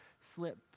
slip